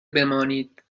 بمانید